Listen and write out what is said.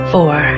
Four